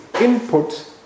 input